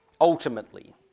ultimately